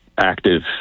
active